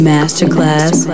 Masterclass